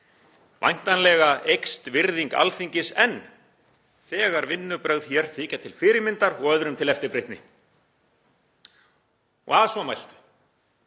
Væntanlega eykst virðing Alþingis enn þegar vinnubrögð hér þykja til fyrirmyndar og öðrum til eftirbreytni. Að svo mæltu